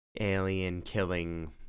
alien-killing